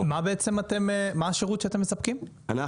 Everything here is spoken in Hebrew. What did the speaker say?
אנחנו פלטפורמה שמפוקחת על ידי רשות ניירות ערך,